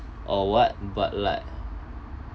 or what but like